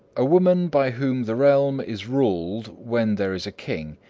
a woman by whom the realm is ruled when there is a king,